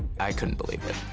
i couldn't believe it.